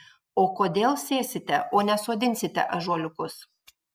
o kodėl sėsite o ne sodinsite ąžuoliukus